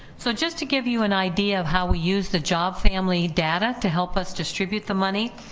so just to give you an idea of how we use the job family data to help us distribute the money,